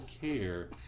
care